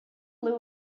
blew